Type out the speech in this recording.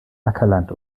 ackerland